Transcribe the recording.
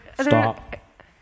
Stop